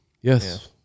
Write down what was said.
Yes